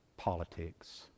politics